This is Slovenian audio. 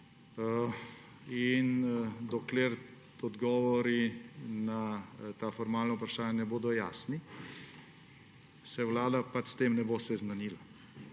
in dokler odgovori na ta formalna vprašanja ne bodo jasni, se Vlada s tem ne bo seznanila.